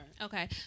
Okay